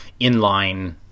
inline